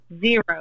zero